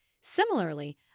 Similarly